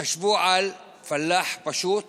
חשבו על פלאח פשוט